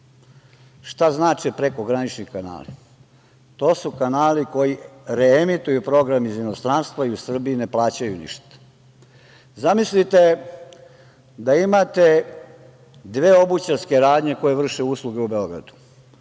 Šta znače prekogranični kanali? To su kanali koji reemituju program iz inostranstva i u Srbiji ne plaćaju ništa. Zamislite da imate dve obućarske radnje koje vrše usluge u Beogradu.